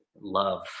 love